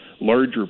larger